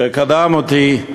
שקדם אותי,